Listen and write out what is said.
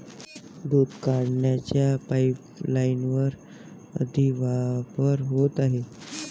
दूध काढण्याच्या पाइपलाइनचा अतिवापर होत आहे